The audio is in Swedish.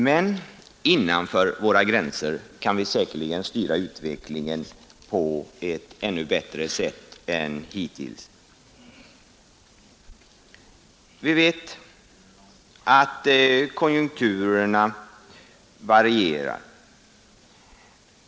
Men innanför våra gränser kan vi säkerligen styra utvecklingen på ett ännu bättre sätt än hittills. Vi vet att konjunkturerna varierar.